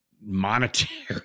monetary